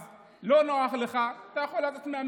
אז אם לא נוח לך, אתה יכול לצאת מהמליאה.